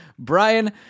Brian